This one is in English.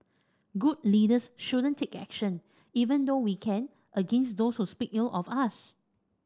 good leaders shouldn't take action even though we can against those who speak ill of us